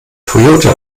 toyota